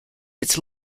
its